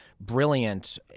brilliant